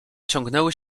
ciągnęły